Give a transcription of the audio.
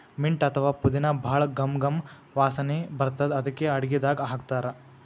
mint ಅಥವಾ ಪುದಿನಾ ಭಾಳ್ ಘಮ್ ಘಮ್ ವಾಸನಿ ಬರ್ತದ್ ಅದಕ್ಕೆ ಅಡಗಿದಾಗ್ ಹಾಕ್ತಾರ್